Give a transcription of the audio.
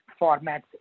formats